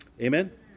Amen